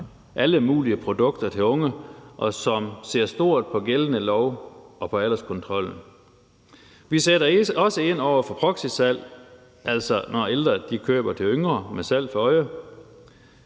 alle mulige produkter til unge, og som ser stort på gældende lov og på alderskontrollen. Vi sætter også ind over for proxysalg, altså når ældre køber til yngre med salg for øje.